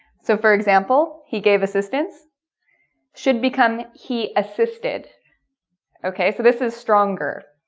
so for example he gave assistance should become he assisted ok so this is stronger